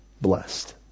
blessed